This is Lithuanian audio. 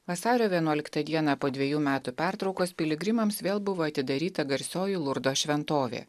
vasario vienuoliktą dieną po dvejų metų pertraukos piligrimams vėl buvo atidaryta garsioji lurdo šventovė